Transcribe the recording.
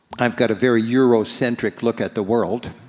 i've got a very eurocentric look at the world.